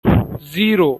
zero